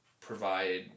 provide